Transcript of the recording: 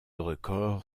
record